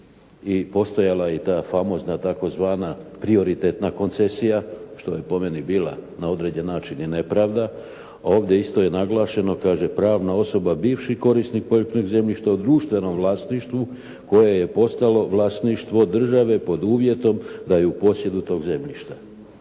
I postojala je ta famozna tzv. prioritetna koncesija što je po meni bila na određeni način i nepravda a ovdje isto je naglašeno kaže: «Pravna osoba bivši korisnik poljoprivrednog zemljišta u društvenom vlasništvu koje je postalo vlasništvo države pod uvjetom da je u posjedu tog zemljišta.»